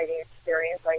experience